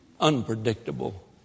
Unpredictable